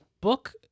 book